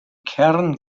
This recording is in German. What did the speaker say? kern